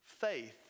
faith